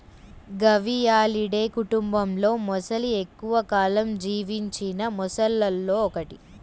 గవియాలిడే కుటుంబంలోమొసలి ఎక్కువ కాలం జీవించిన మొసళ్లలో ఒకటి